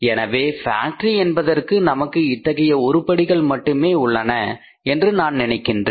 எனவே ஃபேக்டரி என்பதற்கு நமக்கு இத்தகைய உருப்படிகள் மட்டுமே உள்ளன என்று நான் நினைக்கின்றேன்